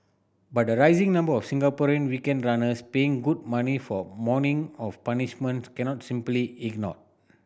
but the rising number of Singaporean weekend runners paying good money for a morning of punishment cannot simply ignored